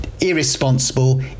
irresponsible